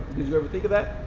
did you ever think of that?